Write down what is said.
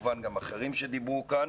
כמובן גם אחרים שדיברו כאן,